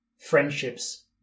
friendships